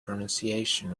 pronunciation